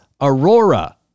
Aurora